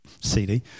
CD